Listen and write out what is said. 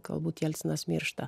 galbūt jelcinas miršta